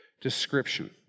description